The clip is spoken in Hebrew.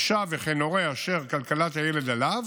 אישה וכן הורה אשר כלכלת הילד עליו